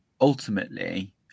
ultimately